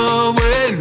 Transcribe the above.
away